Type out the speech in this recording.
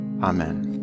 Amen